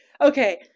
Okay